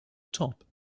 top